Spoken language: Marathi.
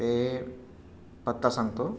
ते पत्ता सांगतो